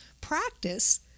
practice